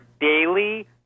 daily